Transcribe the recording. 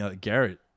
Garrett